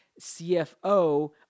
CFO